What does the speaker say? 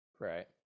Right